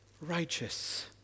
righteous